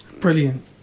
Brilliant